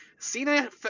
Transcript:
Cena